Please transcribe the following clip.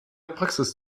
praxis